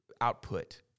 output